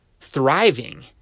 thriving